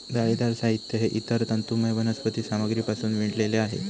जाळीदार साहित्य हे इतर तंतुमय वनस्पती सामग्रीपासून विणलेले आहे